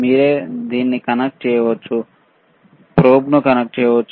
మీరే దీన్ని కనెక్ట్ చేయవచ్చు ప్రోబ్ను కనెక్ట్ చేయవచ్చు